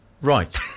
Right